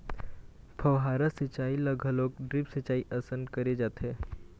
फव्हारा सिंचई ल घलोक ड्रिप सिंचई असन करे जाथे